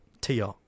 Tia